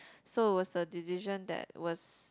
so it was a decision that was